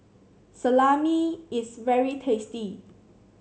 salami is very tasty